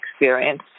experience